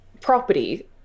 property